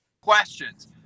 questions